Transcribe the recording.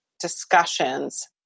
discussions